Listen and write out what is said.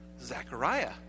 Zechariah